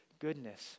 goodness